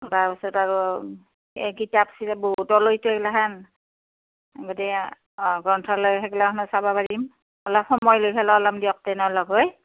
তাৰপিছত আৰু এই কিতাপ চিতাপ বহুতেই গতিকে অ গ্ৰন্থালয় থাকিলে চাব পাৰিম অলপ সময় লৈ পেলাই ওলাম দিয়ক তিনিও লগ হৈ